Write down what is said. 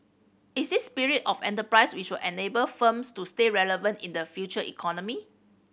is this spirit of enterprise which will enable firms to stay relevant in the future economy